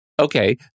Okay